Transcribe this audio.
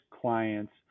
clients